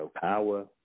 power